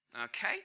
Okay